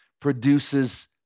produces